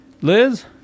liz